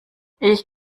ich